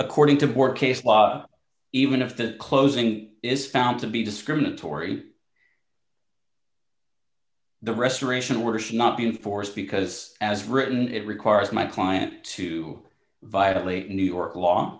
according to work case law even if the closing is found to be discriminatory the restoration where she not being forced because as written it requires my client to violate new york law